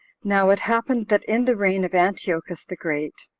now it happened that in the reign of antiochus the great,